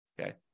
Okay